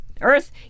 Earth